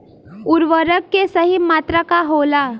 उर्वरक के सही मात्रा का होला?